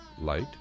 Light